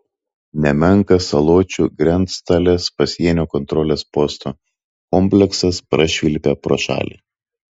nemenkas saločių grenctalės pasienio kontrolės posto kompleksas prašvilpia pro šalį